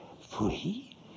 Free